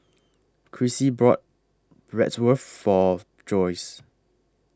Chrissie bought Bratwurst For Joyce